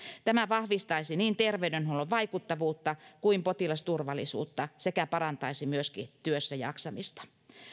tämä vahvistaisi niin terveydenhuollon vaikuttavuutta kuin potilasturvallisuutta sekä parantaisi myöskin työssä jaksamista